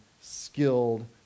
skilled